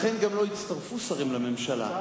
לכן לא הצטרפו שרים לממשלה,